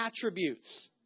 attributes